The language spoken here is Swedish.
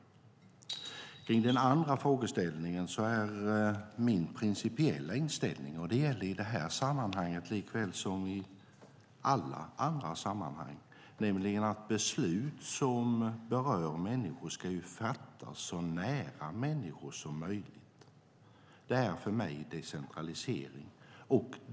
Vad gäller den andra frågeställningen är min principiella inställning, i det här sammanhanget likaväl som i alla andra sammanhang, att beslut som berör människor ska fattas så nära människorna som möjligt. Det är för mig decentralisering.